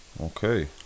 Okay